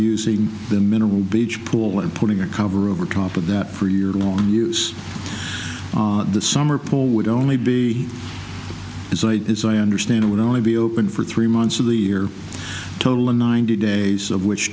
using the mineral beach pool and putting a cover over top of that for your lawn use the summer pool would only be as i understand it would only be open for three months of the year total in ninety days of which